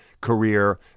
career